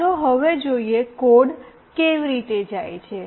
ચાલો હવે જોઈએ કોડ કેવી રીતે જાય છે